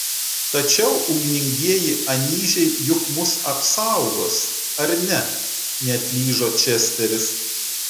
tačiau ugningieji anyžiai juk mus apsaugos ar ne neatlyžo česteris